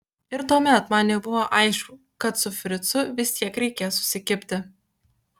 ir tuomet man jau buvo aišku kad su fricu vis tiek reikės susikibti